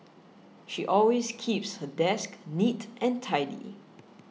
she always keeps her desk neat and tidy